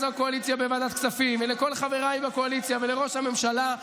הקואליציה בוועדת כספים ולכל חבריי בקואליציה ולראש הממשלה.